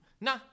Nah